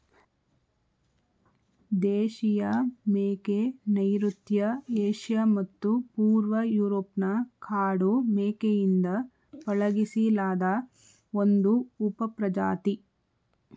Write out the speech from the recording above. ದೇಶೀಯ ಮೇಕೆ ನೈಋತ್ಯ ಏಷ್ಯಾ ಮತ್ತು ಪೂರ್ವ ಯೂರೋಪ್ನ ಕಾಡು ಮೇಕೆಯಿಂದ ಪಳಗಿಸಿಲಾದ ಒಂದು ಉಪಪ್ರಜಾತಿ